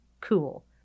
cool